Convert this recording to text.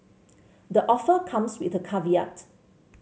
the offer comes with a caveat